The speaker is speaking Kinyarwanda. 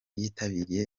yitabiriye